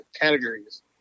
categories